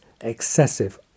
excessive